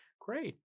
Great